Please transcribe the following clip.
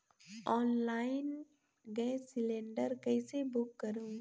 Online gas cylinder कइसे book करहु?